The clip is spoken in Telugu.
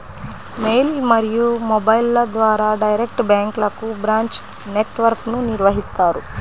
మెయిల్ మరియు మొబైల్ల ద్వారా డైరెక్ట్ బ్యాంక్లకు బ్రాంచ్ నెట్ వర్క్ను నిర్వహిత్తారు